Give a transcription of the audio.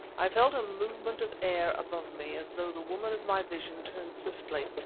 i felt a movement of air above me as though the woman of my vision turned swiftly,